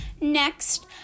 Next